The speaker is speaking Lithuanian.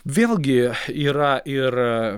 vėlgi yra ir